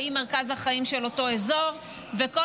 והיא מרכז החיים של אותו אזור וכל